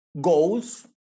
goals